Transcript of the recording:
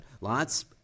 Lots